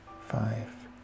five